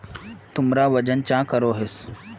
तुमरा वजन चाँ करोहिस?